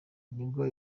nibwo